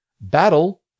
Battle